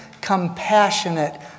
compassionate